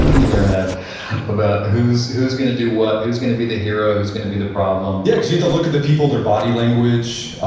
in your head about who's who's going to do what, who's going to be the hero, who's going to be the problem yeah. because you have to look at the people, their body language.